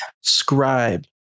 scribe